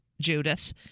Judith